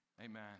Amen